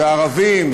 זה ערבים,